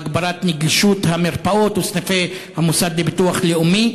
הגברת נגישות המרפאות וסניפי המוסד לביטוח לאומי.